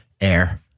Air